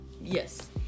yes